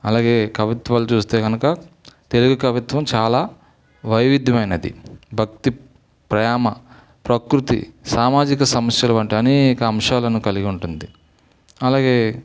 అలాగే కవిత్వాలు చుస్తే గనక తెలుగు కవిత్వం చాలా వైవిధ్యమైనది భక్తి ప్రేమ ప్రకృతి సామాజిక సమస్యలు వంటి అనేక అంశాలను కలిగి ఉంటుంది అలాగే